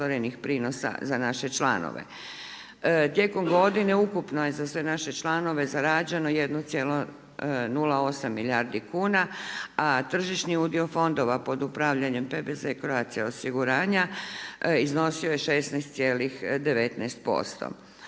Tijekom godine ukupno je za sve naše članove zarađeno 1,08 milijardi kuna a tržišni udio fondova pod upravljanjem PBZ Croatia osiguranja iznosio je 16,19%.